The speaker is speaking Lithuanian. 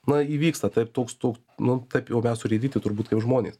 na įvyksta taip toks to nu taip jau mes surėdyti turbūt kaip žmonės